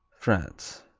france